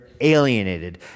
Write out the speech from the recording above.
alienated